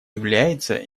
является